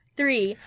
three